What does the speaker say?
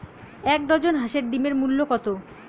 এক ডজন হাঁসের ডিমের মূল্য কত?